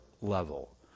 level